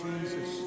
Jesus